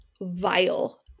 vile